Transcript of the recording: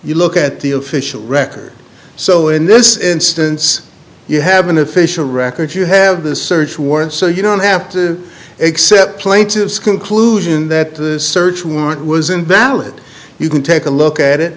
you look at the official records so in this instance you have an official record you have the search warrant so you don't have to accept plaintiff's conclusion that the search warrant was invalid you can take a look at it